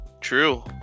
True